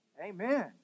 Amen